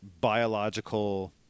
biological